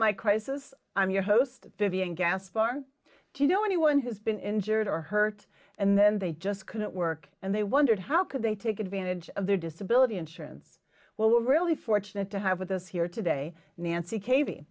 my crisis i'm your host vivian jaspar do you know anyone who's been injured or hurt and then they just couldn't work and they wondered how could they take advantage of their disability insurance well we're really fortunate to have with us here today nancy kavi